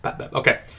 Okay